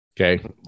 Okay